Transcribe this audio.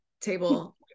table